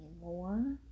more